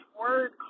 word